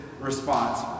response